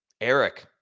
Eric